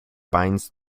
binds